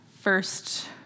first